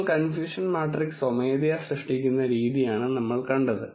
നിങ്ങൾ confusion matrix സ്വമേധയാ സൃഷ്ടിക്കുന്ന രീതിയാണ് നമ്മൾ കണ്ടത്